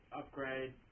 upgrade